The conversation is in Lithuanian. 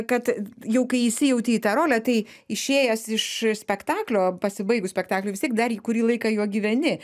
kad jau kai įsijauti į tą rolę tai išėjęs iš spektaklio pasibaigus spektakliui vis tiek dar kurį laiką juo gyveni